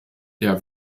der